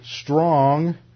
strong